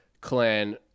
clan